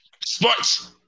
Sports